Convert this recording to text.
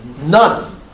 none